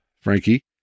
Frankie